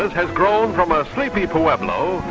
has grown from a sleepy pueblo